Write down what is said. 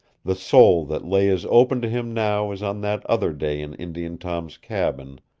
the soul that lay as open to him now as on that other day in indian tom's cabin,